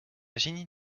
génie